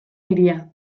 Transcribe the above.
hiria